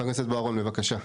חבר הכנסת בוארון, בבקשה.